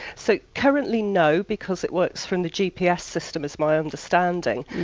so currently no, because it works from the gps system, is my understanding,